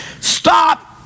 stop